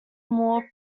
more